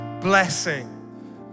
blessing